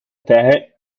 terra